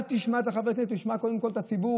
אל תשמע את חברי הכנסת, תשמע קודם כול את הציבור.